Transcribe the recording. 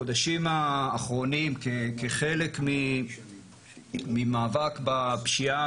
בחודשים האחרונים כחלק ממאבק בפשיעה,